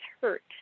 hurt